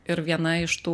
ir viena iš tų